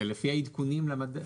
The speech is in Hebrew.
זה לפי העדכונים במדד.